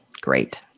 Great